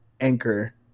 anchor